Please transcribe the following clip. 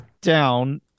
down